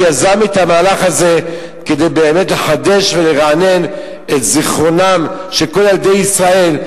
שיזם את המהלך הזה כדי לחדש ולרענן את זיכרונם של כל ילדי ישראל,